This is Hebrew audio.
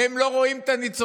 אם הם לא רואים את הניצוצות.